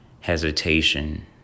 hesitation